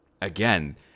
again